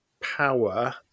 power